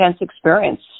experience